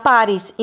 Paris